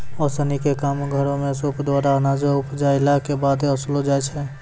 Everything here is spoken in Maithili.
ओसौनी क काम घरो म सूप द्वारा अनाज उपजाइला कॅ बाद ओसैलो जाय छै?